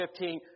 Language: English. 15